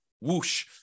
whoosh